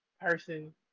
person